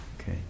Okay